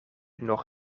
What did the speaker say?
nog